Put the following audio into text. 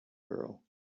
girl